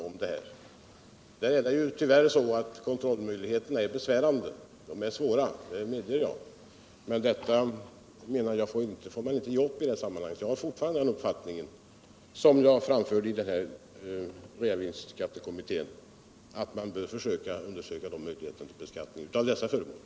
På den punkten är tyvärr kontrollmöjligheterna mycket dåliga, men man får ändå inte ge upp. Jag har fortfarande den uppfattningen - som jag alltså framförde i realisationsvinstskattekommittén — att man bör försöka undersöka de möjligheterna till beskattning. Av det framgår att vi är konsekventa.